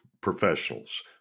professionals